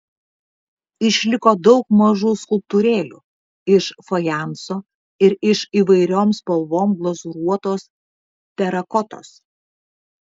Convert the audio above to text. išliko daug mažų skulptūrėlių iš fajanso ir iš įvairiom spalvom glazūruotos terakotos